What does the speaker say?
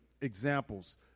examples